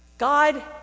God